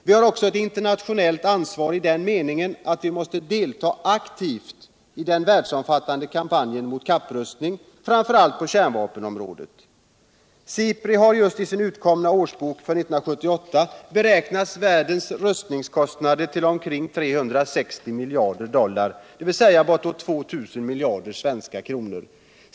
Vi har också ett internationellt ansvar i den meningen att vi aktivt måste delta 1 den världsomfattande kampanjen mot kapprustningen, framför allt på kärnvapenområdet. SIPRI har i sin just utkomna årsbok för 1978 beräknat världens rustningskostnader till omkring 360 miljarder dollar, dvs. bortåt 2000 miljarder svenska kronor.